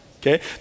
Okay